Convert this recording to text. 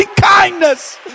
kindness